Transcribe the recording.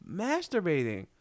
masturbating